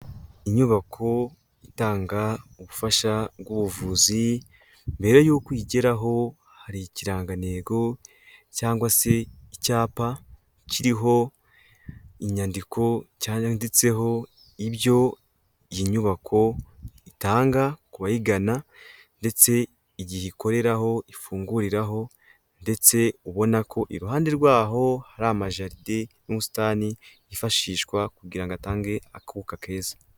Inyubako itanga ubufasha bw'ubuvuzi, mbere y'uko uyigeraho hari ikirangantego cyangwa se icyapa kiriho inyandiko, cyanditseho ibyo iyi nyubako itanga ku bayigana, ndetse igihe ikoreraho, ifunguriraho, ndetse ubona ko iruhande rwho hari amajaride n'umusitani yifashishwa kugira ngo atange akuka keza.